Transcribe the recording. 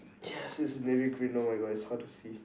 yes it's navy green oh my god it's hard to see